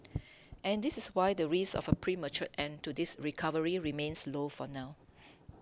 and this is why the risk of a premature end to this recovery remains low for now